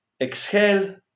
exhale